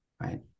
right